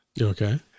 Okay